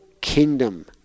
kingdom